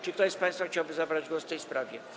Czy ktoś z państwa chciałby zabrać głos w tej sprawie?